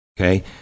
okay